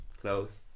Close